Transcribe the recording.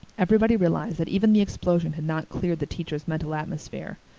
everybody realized that even the explosion had not cleared the teacher's mental atmosphere.